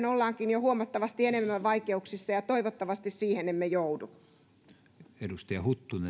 ollaankin jo huomattavasti enemmän vaikeuksissa ja toivottavasti siihen emme joudu